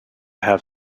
have